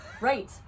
right